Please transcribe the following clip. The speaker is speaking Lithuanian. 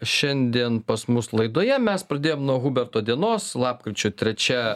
šiandien pas mus laidoje mes pradėjom nuo huberto dienos lapkričio trečia